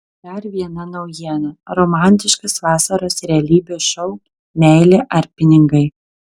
dar viena naujiena romantiškas vasaros realybės šou meilė ar pinigai